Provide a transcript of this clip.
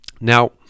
Now